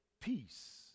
peace